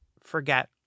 forget